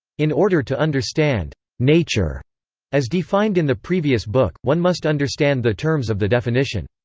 in order to understand nature as defined in the previous book, one must understand the terms of the definition.